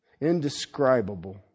Indescribable